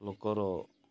ଲୋକର